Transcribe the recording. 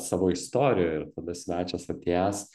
savo istorijoj ir tada svečias atėjęs